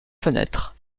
fenêtres